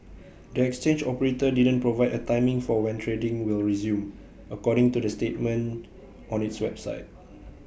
the exchange operator didn't provide A timing for when trading will resume according to the statement on its website